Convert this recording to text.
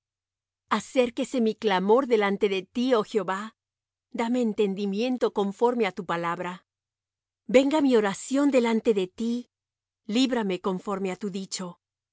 acérquese mi clamor delante de ti oh jehová dame entendimiento conforme á tu palabra venga mi oración delante de ti líbrame conforme á tu dicho